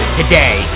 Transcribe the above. today